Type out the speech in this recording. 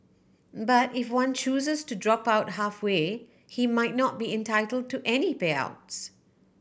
but if one chooses to drop out halfway he might not be entitle to any payouts